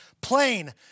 plain